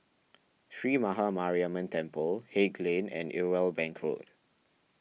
Sree Maha Mariamman Temple Haig Lane and Irwell Bank Road